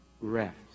rest